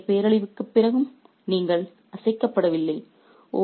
இவ்வளவு பெரிய பேரழிவுக்குப் பிறகும் நீங்கள் அசைக்கப்படவில்லை